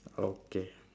okay